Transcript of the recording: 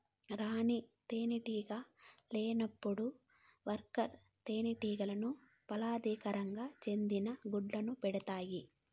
రాణి తేనెటీగ లేనప్పుడు వర్కర్ తేనెటీగలు ఫలదీకరణం చెందని గుడ్లను పెడుతాయి